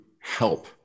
help